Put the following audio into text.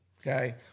Okay